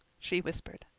she whispered.